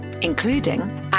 including